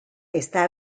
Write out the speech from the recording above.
está